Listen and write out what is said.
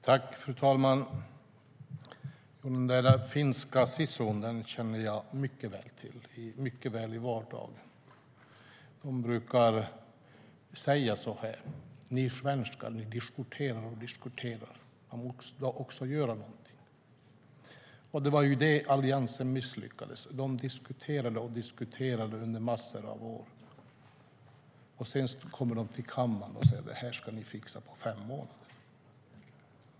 Fru talman! Den där finska sisun känner jag mycket väl till från vardagen. De brukar säga så här: Ni svenskar, ni diskuterar och diskuterar. Man måste också göra någonting. Det var det som Alliansen misslyckades med. De diskuterade och diskuterade under massor av år. Och nu kommer de till kammaren och säger att vi ska fixa det här på fem månader.